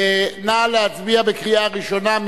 נא להצביע בקריאה ראשונה.